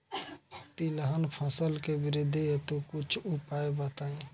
तिलहन फसल के वृद्धि हेतु कुछ उपाय बताई?